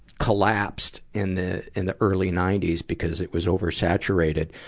collapsed in the, in the early ninety s because it was oversaturated,